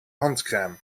handcrème